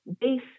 base